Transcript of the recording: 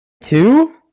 Two